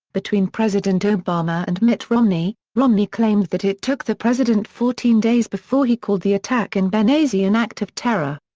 between president obama and mitt romney, romney claimed that it took the president fourteen days before he called the attack in benghazi an act of terror.